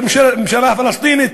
בממשלה הפלסטינית.